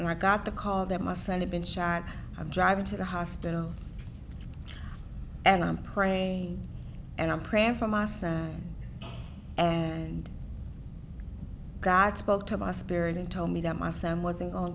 when i got the call that my son had been shot i'm driving to the hospital and i'm praying and i'm praying for my son and god spoke to my spirit and told me that my son wasn't go